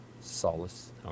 solace